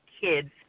kids